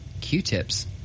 Q-tips